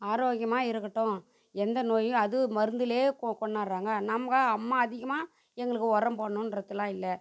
ஆரோக்கியமாக இருக்கட்டும் எந்த நோயும் அது மருந்தில் கொ கொண்ணார்றாங்க நமக்காக அம்மா அதிகமாக எங்களுக்கு உரம் போடணுன்றதெலாம் இல்லை